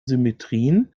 symmetrien